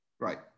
Right